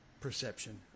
perception